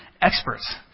Experts